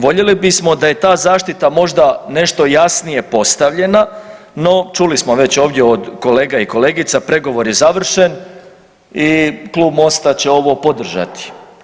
Voljeli bismo da je ta zaštita možda nešto jasnije postavljena, no čuli smo već ovdje od kolega i kolegica, pregovor je završen i klub Mosta će ovo podržati.